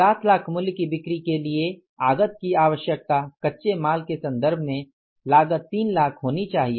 7 लाख मूल्य की बिक्री के लिए आगत की आवशयकता कच्चे माल के संदर्भ में लागत 3 लाख होनी चाहिए